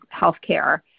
healthcare